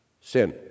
sin